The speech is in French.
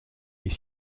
est